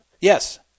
Yes